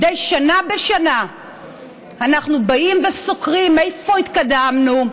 מדי שנה בשנה אנחנו באים וסוקרים איפה התקדמנו,